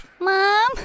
Mom